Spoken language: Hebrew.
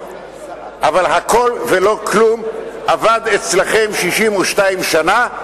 אבל הכול ולא כלום עבד אצלכם 62 שנה,